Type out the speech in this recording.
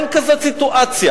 אין כזאת סיטואציה.